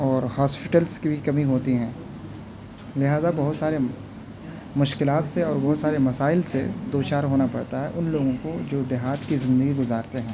اور ہاسپٹلس کی بھی کمی ہوتی ہیں لہٰذا بہت سارے مشکلات سے اور بہت سارے مسائل سے دو چار ہونا پڑتا ہے ان لوگوں کو جو دیہات کی زندگی گزارتے ہیں